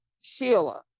Sheila